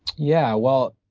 yeah well,